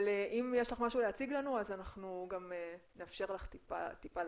אבל אם יש לך משהו להציג לנו אנחנו גם נאפשר לך טיפה להאריך